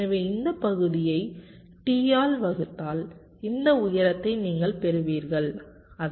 எனவே இந்த பகுதியை T ஆல் வகுத்தால் இந்த உயரத்தை நீங்கள் பெறுவீர்கள் அதாவது P average